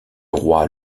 roi